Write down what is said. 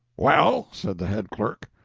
well? said the head clerk.